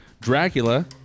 Dracula